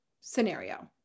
scenario